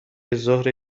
ظهر